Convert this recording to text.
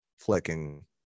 flicking